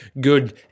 good